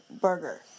Burger